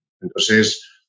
Entonces